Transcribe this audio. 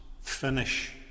finish